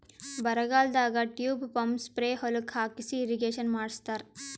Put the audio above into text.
ಬರಗಾಲದಾಗ tube pump spray ಹೊಲಕ್ಕ್ ಹಾಕಿಸಿ ಇರ್ರೀಗೇಷನ್ ಮಾಡ್ಸತ್ತರ